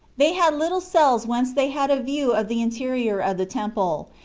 they had little cells whence they had a view of the in terior of the temple,